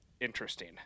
interesting